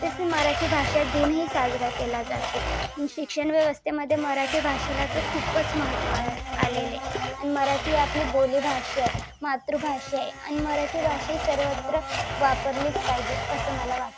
तसंच मराठी भाषा दिनही साजरा केला जातो शिक्षण व्यवस्थेमध्ये मराठी भाषेला तर खूपच महत्त्व आलेले आणि मराठी आपली बोलीभाषा आहे मातृभाषा आहे आणि मराठी भाषा ही सर्वत्र वापरलीच पाहिजे असं मला वाटतं